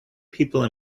people